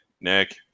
Nick